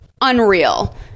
unreal